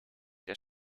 der